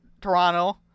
Toronto